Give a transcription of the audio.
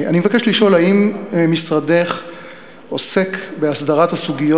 אני מבקש לשאול האם משרדך עוסק בהסדרת הסוגיות